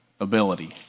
ability